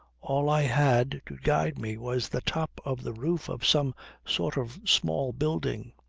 all i had to guide me was the top of the roof of some sort of small building.